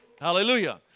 Hallelujah